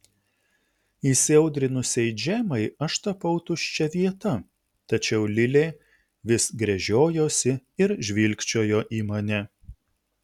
įsiaudrinusiai džemai aš tapau tuščia vieta tačiau lilė vis gręžiojosi ir žvilgčiojo į mane